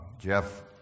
Jeff